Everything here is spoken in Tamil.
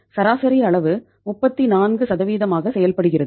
சராசரி அளவு 34 ஆக செயல்படுகிறது